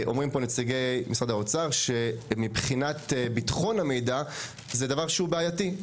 אומרים פה נציגי משרד האוצר שמבחינת ביטחון המידע זה דבר שהוא בעייתי.